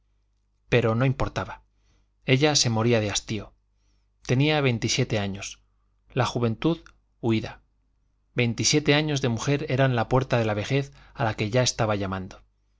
pero no importaba ella se moría de hastío tenía veintisiete años la juventud huía veintisiete años de mujer eran la puerta de la vejez a que ya estaba llamando